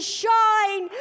shine